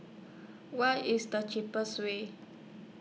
What IS The cheapest Way